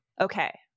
okay